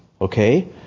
okay